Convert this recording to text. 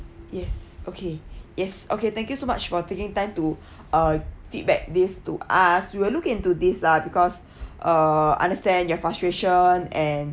yes okay yes okay thank you so much for taking time to uh feedback these to us we'll look into this lah because uh understand your frustration and